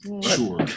sure